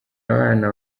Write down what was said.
abana